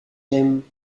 him